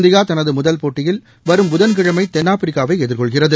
இந்தியாதனதுமுதல் போட்டியில் வரும் புதன்கிழமைதென்னாப்பிரிக்காவைஎதிர்கொள்கிறது